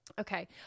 Okay